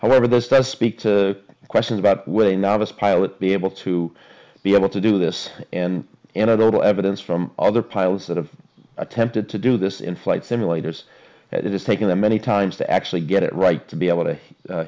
however this does speak to a question about what a novice pilot be able to be able to do this and other little evidence from other pilots that have attempted to do this in flight simulators it is taking them many times to actually get it right to be able